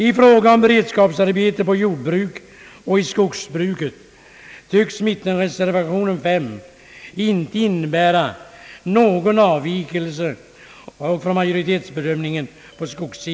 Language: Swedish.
I fråga om beredskapsarbeten på jordbruk och skogsbruk tycks mittenpartireservationen 5 inte innebära någon avvikelse från majoritetens bedömning.